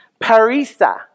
parisa